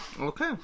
Okay